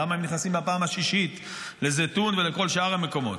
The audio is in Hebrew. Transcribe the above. למה הם נכנסים בפעם השישית לזיתון ולכל שאר המקומות?